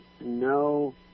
no